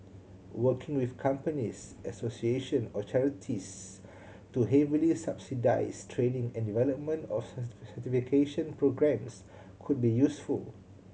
working with companies association or charities to heavily subsidise training and development of certification programmes could be useful